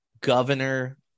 governor